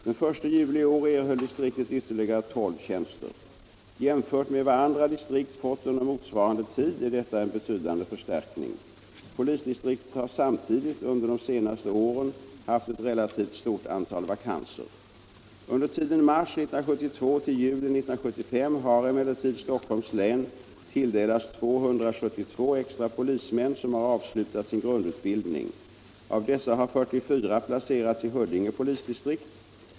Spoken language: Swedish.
Den 1 juli i år erhöll distriktet ytterligare 12 tjänster. Jämfört med vad andra distrikt fått under motsvarande tid är detta en betydande förstärkning. Polisdistriktet har samtidigt under de senaste åren haft ett relativt sett stort antal vakanser. Under tiden mars 1972 — juli 1975 har emellertid Stockholms län tilldelats 272 extra polismän som har avslutat sin grundutbildning. Av dessa har 44 placerats i Huddinge polisdistrikt.